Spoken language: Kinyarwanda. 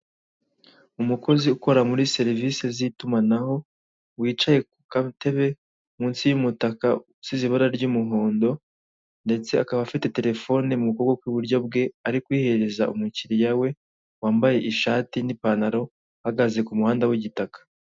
Umukozi ukora muri serivisi z'itumanaho, wicaye ku katebe munsi yumutaka usize ibara ry'umuhondo, ndetse akaba afite terefone mu kuboko kw'iburyo bwe ari kwihereza umukiriya we wambaye ishati npantaro, ahagaze kumuhanda wigitaka.